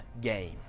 game